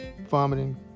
vomiting